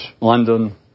London